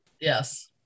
Yes